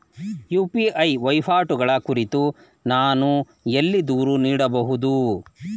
UPI ವಹಿವಾಟುಗಳ ಕುರಿತು ನಾನು ಎಲ್ಲಿ ದೂರು ನೀಡಬಹುದು?